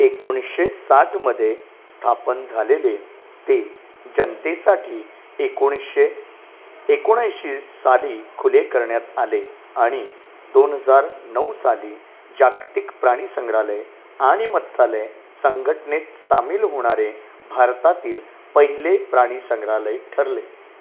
एकोणीसशे साठमध्ये स्थापन झालेले ते जनतेसाठी एकोणीसशे एकोणऐंशी साली खुले करण्यात आले आणि दोन हजार नऊ साली जागतिक प्राणी संग्रहालय आणि मत्स्यालय संघटनेत सामील होणारे भारतातील पहिले प्राणी संग्रहालय ठरले